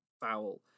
foul